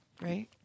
right